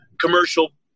commercial